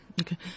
Okay